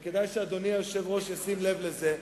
וכדאי שאדוני היושב-ראש ישים לב לזה,